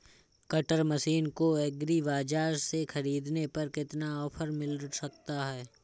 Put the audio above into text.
Cutter machine को agri बाजार से ख़रीदने पर कितना ऑफर मिल सकता है?